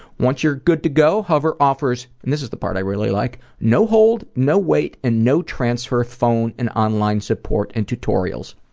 once you're good to go, hover offers and this is the part i really like no hold, no wait, and no transfer phone and online support and tutorials.